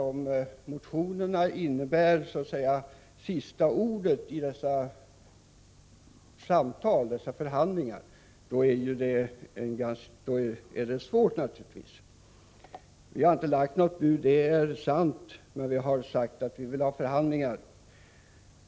Om motionerna innebär sista ordet i dessa förhandlingar, då blir det ju svårt. Vi har inte lagt något bud — det är sant. Men vi har sagt att vi vill ha överläggningar.